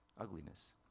ugliness